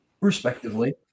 respectively